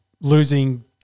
losing